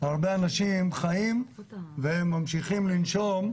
הרבה אנשים חיים וממשיכים לנשום.